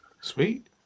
sweet